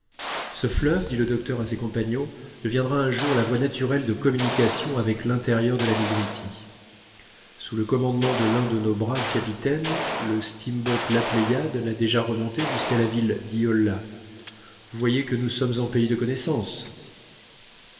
ce fleuve dit le docteur à ses compagnons deviendra un jour la voie naturelle de communication avec l'intérieur de la nigritie sous le commandement de l'un de nos braves capitaines le steamboat la pléiade la déjà remonté jusqu'à la ville d'yola vous voyez que nous sommes en pays de connaissance